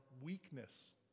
weakness